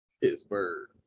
Pittsburgh